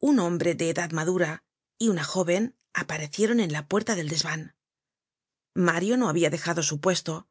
un hombre de edad madura y una joven aparecieron en la puerta del desvan mario no habia dejado su puesto